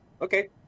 okay